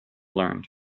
learned